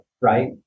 right